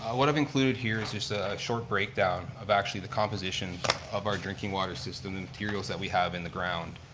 what i've included here is just a short breakdown of actually the composition of our drinking water system, the materials that we have in the ground.